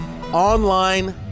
online